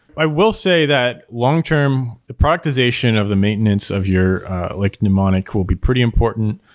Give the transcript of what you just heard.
i will say that long-term the productization of the maintenance of your like mnemonic will be pretty important.